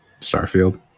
Starfield